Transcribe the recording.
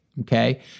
okay